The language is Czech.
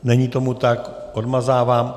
Není tomu tak, odmazávám.